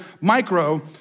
micro